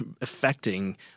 affecting